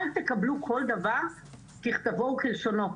אל תקבלו כל דבר ככתבו וכלשונו,